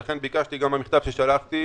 ולכן ביקשתי במכתב ששלחתי,